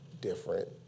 different